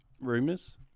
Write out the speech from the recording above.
rumors